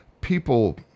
people